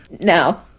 No